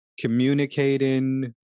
communicating